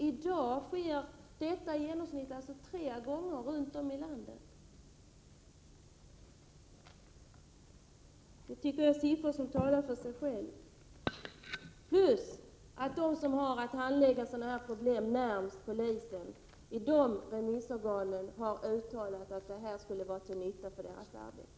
I dag sker alltså sådana brott tre gånger runt om i landet. Det tycker jag är siffror som talar för sig själva. Dessutom har de remissorgan som har att handlägga sådana här problem, närmast polisen, uttalat att ett knivförbud på allmän plats skulle vara till nytta för deras arbete.